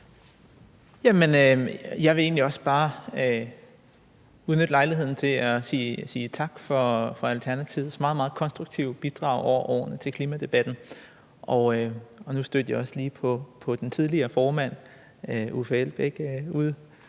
Jeg vil egentlig også bare benytte lejligheden til at sige tak for Alternativets meget, meget konstruktive bidrag over årene til klimadebatten. Nu stødte jeg også lige på den tidligere formand, hr. Uffe Elbæk, ude